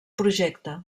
projecte